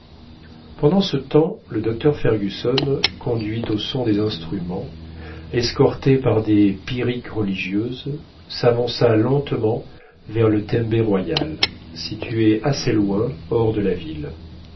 pendant ce temps le docteur fergusson conduit au son des instruments escorté par des pyrrhiques religieuses s'avança lentement vers le tembé royal situé assez loin hors de la ville